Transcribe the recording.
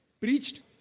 preached